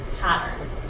pattern